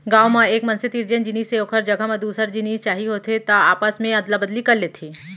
गाँव म एक मनसे तीर जेन जिनिस हे ओखर जघा म दूसर जिनिस चाही होथे त आपस मे अदला बदली कर लेथे